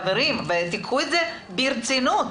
חברים, קחו את זה ברצינות.